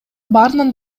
баарынан